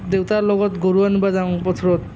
দেউতাৰ লগত গৰু আনিবা যাওঁ পথাৰত